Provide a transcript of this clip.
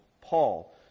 Paul